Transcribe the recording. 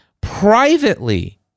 privately